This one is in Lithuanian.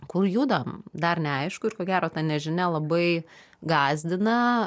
kur judam dar neaišku ir ko gero ta nežinia labai gąsdina